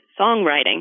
songwriting